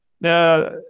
Now